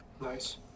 Nice